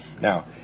Now